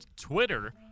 twitter